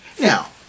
Now